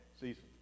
season